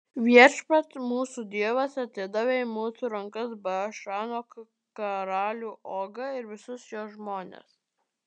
viešpats mūsų dievas atidavė į mūsų rankas bašano karalių ogą ir visus jo žmones